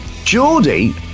Geordie